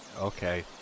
Okay